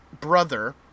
brother